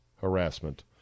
harassment